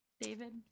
David